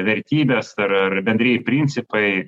vertybės ar ar bendrieji principai